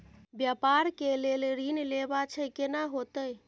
व्यापार के लेल ऋण लेबा छै केना होतै?